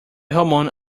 hormone